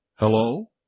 Hello